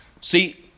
See